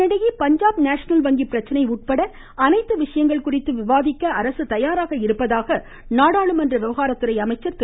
இதனிடையே பஞ்சாப் நேஷனல் வங்கி பிரச்சனை உட்பட அனைத்து விஷயங்கள் குறித்தும் விவாதிக்க அரசு தயாராக இருப்பதாக நாடாளுமன்ற விவகாரத்துறை அமைச்சர் திரு